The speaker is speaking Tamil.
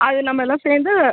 அது நம்ம எல்லாம் சேர்ந்து